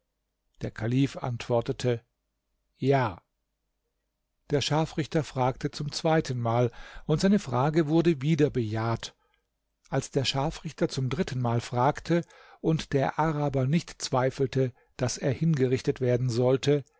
der kalif antwortete ja der scharfrichter fragte zum zweitenmal und seine frage wurde wieder bejaht als der scharfrichter zum drittenmal fragte und der araber nicht zweifelte daß er hingerichtet werden sollte